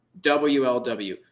WLW